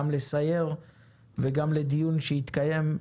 גם לסייר וגם לדיון שיתקיים,